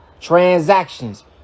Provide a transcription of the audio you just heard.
transactions